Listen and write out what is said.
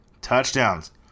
touchdowns